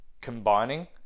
Combining